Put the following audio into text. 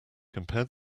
compare